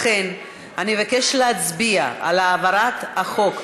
לכן אני אבקש להצביע על העברת החוק,